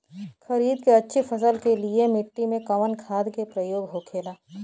खरीद के अच्छी फसल के लिए मिट्टी में कवन खाद के प्रयोग होखेला?